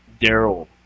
Daryl